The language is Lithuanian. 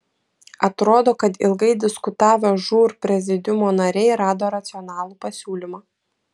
atrodo kad ilgai diskutavę žūr prezidiumo nariai rado racionalų pasiūlymą